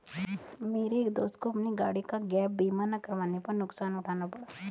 मेरे एक दोस्त को अपनी गाड़ी का गैप बीमा ना करवाने पर नुकसान उठाना पड़ा